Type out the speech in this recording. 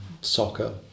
soccer